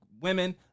women